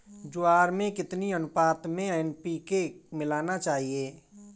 ज्वार में कितनी अनुपात में एन.पी.के मिलाना चाहिए?